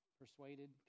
persuaded